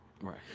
right